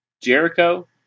Jericho